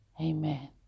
Amen